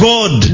God